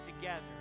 together